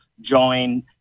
join